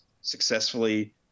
successfully